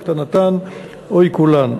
הקטנתן או עיקולן.